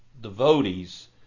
devotees